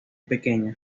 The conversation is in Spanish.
pequeñas